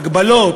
הגבלות,